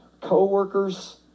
co-workers